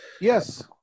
yes